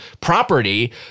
property